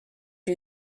you